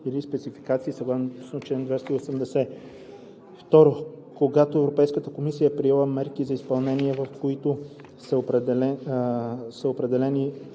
или спецификации, съгласно чл. 280; 2. когато Европейската комисия е приела мерки за изпълнение, в които са определени